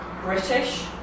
British